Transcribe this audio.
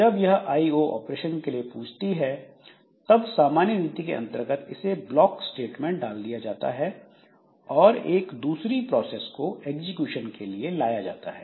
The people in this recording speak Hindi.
जब यह आईओ ऑपरेशन के लिए पूछती है तब सामान्य नीति के अंतर्गत इसे ब्लॉक स्टेट में डाल दिया जाता है और एक दूसरी प्रोसेस को एग्जीक्यूशन के लिए ले लिया जाता है